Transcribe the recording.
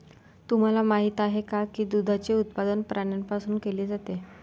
तुम्हाला माहित आहे का की दुधाचे उत्पादन प्राण्यांपासून केले जाते?